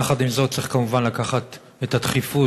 יחד עם זאת, צריך כמובן לקחת את הדחיפות